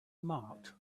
marked